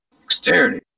Dexterity